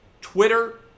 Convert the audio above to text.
Twitter